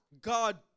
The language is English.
God